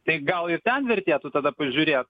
tai gal ir ten vertėtų tada pažiūrėt